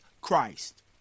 Christ